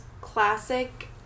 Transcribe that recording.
classic